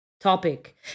topic